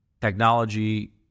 technology